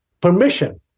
permission